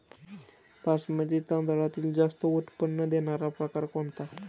बासमती तांदळातील जास्त उत्पन्न देणारा प्रकार कोणता?